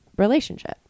relationship